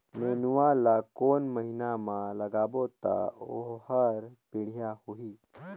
नेनुआ ला कोन महीना मा लगाबो ता ओहार बेडिया होही?